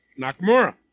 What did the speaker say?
Nakamura